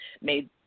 made